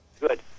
Good